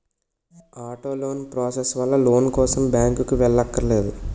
auto loan process వల్ల loan కోసం బ్యాంకుకి వెళ్ళక్కర్లేదు